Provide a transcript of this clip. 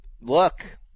look